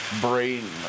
brain